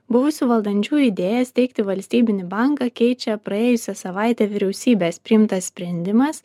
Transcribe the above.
buvusių valdančiųjų idėją steigti valstybinį banką keičia praėjusią savaitę vyriausybės priimtas sprendimas